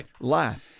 life